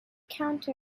counter